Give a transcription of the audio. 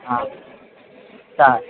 हां चालेल